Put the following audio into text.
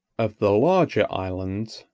of the larger islands,